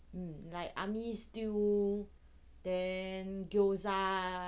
mm like army stew then gyoza